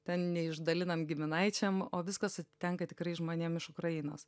ten neišdalinam giminaičiam o viskas atitenka tikrai žmonėm iš ukrainos